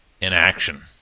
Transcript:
inaction